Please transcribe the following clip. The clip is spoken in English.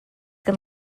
can